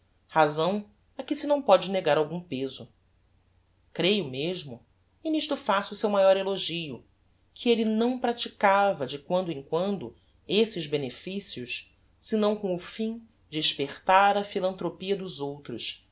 razão a que se não pode negar algum peso creio mesmo e nisto faço o seu maior elogio que elle não praticava de quando em quando esses beneficios senão com o fim de espertar a philantropia dos outros